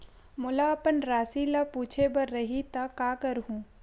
मोला अपन राशि ल पूछे बर रही त का करहूं?